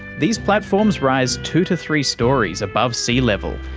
these platforms rise two to three storeys above sea level,